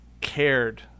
cared